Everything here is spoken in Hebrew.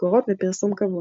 משכורות ופרסום קבוע.